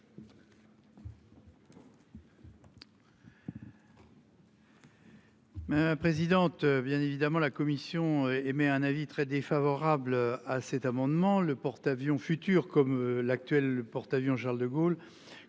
La présidente bien évidemment la commission émet un avis très défavorable à cet amendement, le porte-avions futur comme l'actuel le porte-avions Charles-de-Gaulle